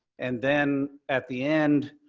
and then, at the end,